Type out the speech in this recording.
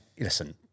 listen